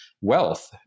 wealth